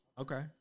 Okay